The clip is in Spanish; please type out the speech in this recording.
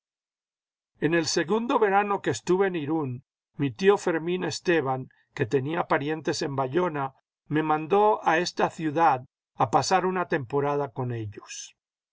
en el segundo verano que estuve en irún mi tío fermín esteban que tenía parientes en bayona me mandó a esta ciudad a pasar una temporada con ellos